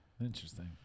interesting